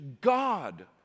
God